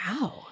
Wow